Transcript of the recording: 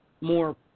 more